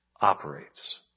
operates